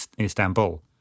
Istanbul